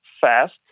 fast